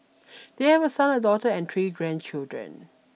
they have a son a daughter and three grandchildren